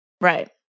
Right